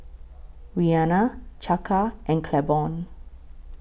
Rianna Chaka and Claiborne